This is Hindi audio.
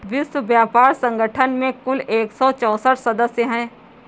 विश्व व्यापार संगठन में कुल एक सौ चौसठ सदस्य हैं